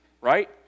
Right